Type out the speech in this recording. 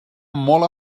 molt